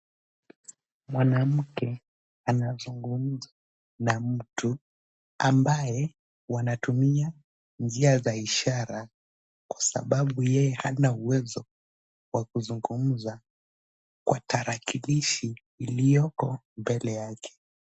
Mwanamke anazungumza na mtu ambaye wanatumia njia za ishara kwa sababu yeye hana uwezo wa kuzungumza kwa tarakilishi iliyoko mbele yake.